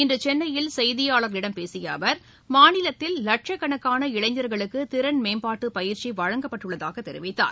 இன்று சென்னையில் செய்தியாளர்களிடம் பேசிய அவர் மாநிலத்தில் லட்சக்கணக்கான இளைஞர்களுக்கு திறன் மேம்பாட்டு பயிற்சி வழங்கப்பட்டுள்ளதாக தெரிவித்தார்